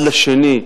אחד לשני,